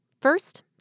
First